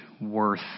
worth